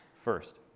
first